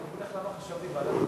אני אגיד לך למה חשבתי ועדת הפנים,